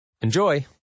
Enjoy